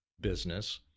business